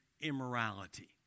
immorality